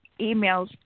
emails